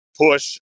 push